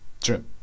True